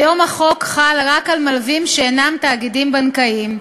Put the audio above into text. כיום החוק חל רק על מלווים שאינם תאגידים בנקאיים.